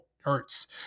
Hurts